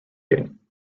game